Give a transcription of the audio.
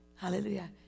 Hallelujah